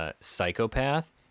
psychopath